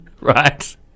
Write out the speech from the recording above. right